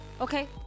Okay